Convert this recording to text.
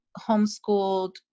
homeschooled